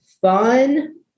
fun